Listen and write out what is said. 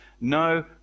no